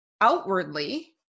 outwardly